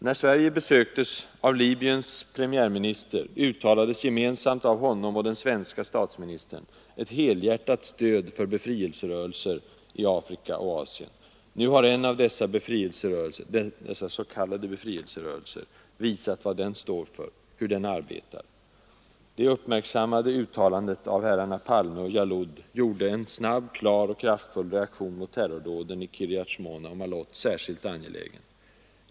När Sverige besöktes av Libyens premiärminister uttalades gemensamt av honom och den svenske statsministern ett helhjärtat stöd för 11 Nr 95 befrielserörelser i Afrika och Asien. Nu har en av dessa s.k. befrielserörel Torsdagen den ser visat vad den står för, hur den arbetar. 30 maj 1974 Det uppmärksammade uttalandet av herrarna Palme och Jalloud gjorde en snabb, klar och kraftfull reaktion mot terrordåden i Kiryat Schmone och Maalot särskilt angelägen.